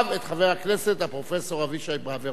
את חבר הכנסת הפרופסור אבישי ברוורמן.